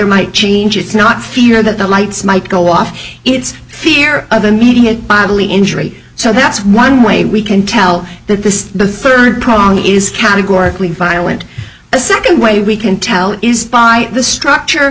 might change it's not fear that the lights might go off it's fear of immediate bodily injury so that's one way we can tell that this is the third prong is categorically violent a second way we can tell by the structure